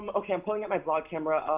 um okay i'm pulling up my vlog camera.